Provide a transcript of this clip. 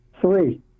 Three